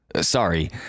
sorry